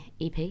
EP